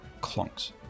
clunks